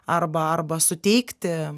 arba arba suteikti